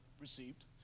received